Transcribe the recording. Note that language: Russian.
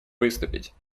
выступить